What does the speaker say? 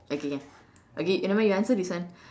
okay can okay k nevermind you answer this one